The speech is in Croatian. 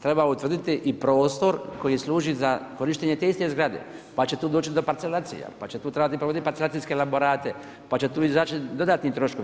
Treba utvrditi i prostor koji služi za korištenje te iste zgrade, pa će tu doći do parcelacija, pa će tu trebati provoditi parcelacijske elaborate, pa će tu izaći dodatni troškovi.